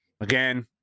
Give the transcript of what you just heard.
again